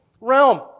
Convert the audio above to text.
realm